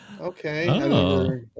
Okay